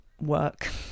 work